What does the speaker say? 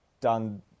done